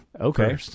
Okay